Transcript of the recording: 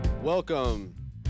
Welcome